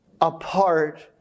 apart